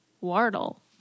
Wardle